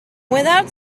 without